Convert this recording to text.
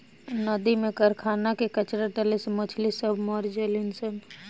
नदी में कारखाना के कचड़ा डाले से मछली सब मर जली सन